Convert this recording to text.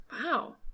Wow